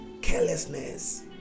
carelessness